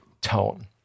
tone